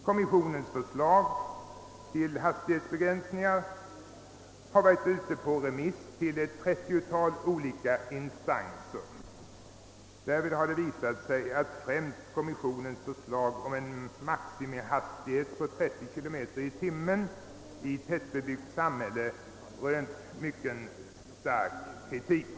Kommissionens för slag om ' hastighetsbegränsningar har varit ute på remiss till ett trettiotal instanser. Därvid har det visat sig att främst kommissionens förslag om en maximihastighet på 30 km i timmen i tättbebyggt samhälle rönt mycket stark kritik.